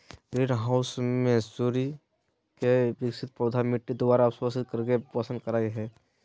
green house में सूर्य के विकिरण पौधा मिट्टी द्वारा अवशोषित करके पोषण करई हई